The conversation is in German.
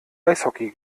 eishockey